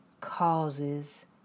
causes